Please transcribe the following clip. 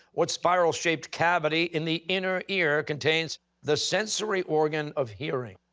what spiral-shaped cavity in the inner ear contains the sensory organ of hearing?